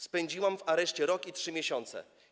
Spędziłam w areszcie rok i 3 miesiące.